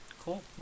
Cool